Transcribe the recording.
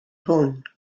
hwn